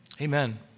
Amen